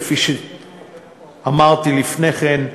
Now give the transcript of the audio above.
כפי שאמרתי לפני כן,